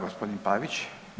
Gospodin Pavić.